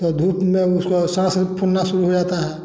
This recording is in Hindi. तो धूप में उसको साँस भी फूलना शुरू हो जाता है